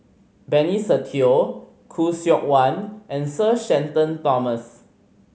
Benny Se Teo Khoo Seok Wan and Sir Shenton Thomas